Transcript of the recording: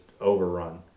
overrun